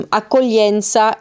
accoglienza